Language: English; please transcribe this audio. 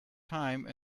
time